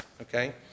okay